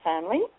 family